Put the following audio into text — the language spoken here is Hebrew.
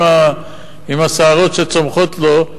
עם השערות שצומחות לו,